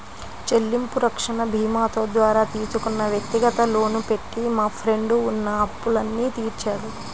చెల్లింపు రక్షణ భీమాతో ద్వారా తీసుకున్న వ్యక్తిగత లోను పెట్టి మా ఫ్రెండు ఉన్న అప్పులన్నీ తీర్చాడు